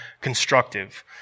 constructive